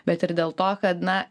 bet ir dėl to kad na